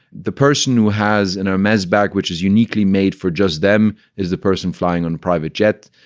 the person who has in a mass bag, which is uniquely made for just them is the person flying on private jet,